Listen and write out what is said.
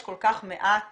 יש כל כך מעט